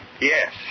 Yes